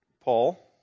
Paul